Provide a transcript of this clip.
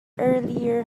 earlier